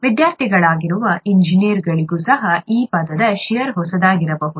ವಿದ್ಯಾರ್ಥಿಗಳಾಗಿರುವ ಇಂಜಿನಿಯರ್ಗಳಿಗೂ ಸಹ ಈ ಪದ ಷೇರ್ ಹೊಸದಾಗಿರಬಹುದು